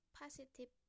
positive